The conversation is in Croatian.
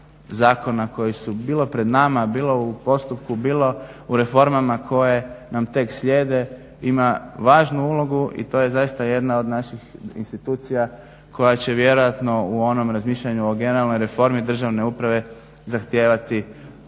koji su bilo pred nama, bilo u postupku, bilo u reformama koje nam tek slijede ima važnu ulogu i to je zaista jedna od naših institucija koja će vjerojatno u onom razmišljanju o generalnoj reformi državne uprave zahtijevati